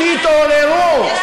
תתעוררו.